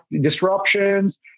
disruptions